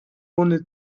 ohne